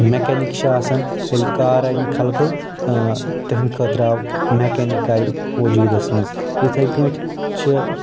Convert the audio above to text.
mechanic چھِ آسان ییٚلہِ کار انہِ کھلکو تِہنٛدۍ خٲطرٕ آو مٮ۪کینِک آے وجوٗدس منٛز یِتھٕے کٲٹھۍ چھِ